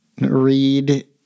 read